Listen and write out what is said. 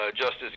Justice